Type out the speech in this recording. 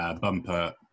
bumper